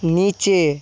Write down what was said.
নীচে